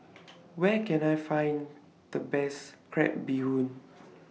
Where Can I Find The Best Crab Bee Hoon